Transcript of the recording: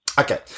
Okay